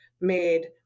made